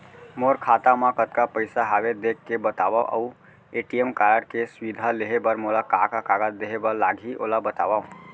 मोर खाता मा कतका पइसा हवये देख के बतावव अऊ ए.टी.एम कारड के सुविधा लेहे बर मोला का का कागज देहे बर लागही ओला बतावव?